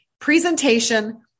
presentation